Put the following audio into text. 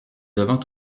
devant